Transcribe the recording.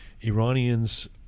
Iranians